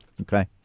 Okay